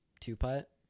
two-putt